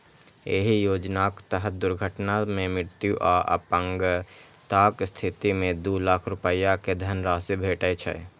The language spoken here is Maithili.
एहि योजनाक तहत दुर्घटना मे मृत्यु आ अपंगताक स्थिति मे दू लाख रुपैया के धनराशि भेटै छै